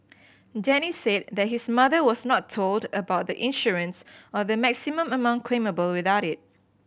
Denny said that his mother was not told about the insurance or the maximum amount claimable without it